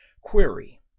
query